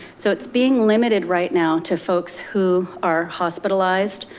so it's being limited right now to folks who are hospitalized,